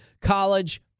college